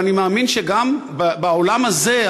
ואני מאמין שגם בעולם הזה,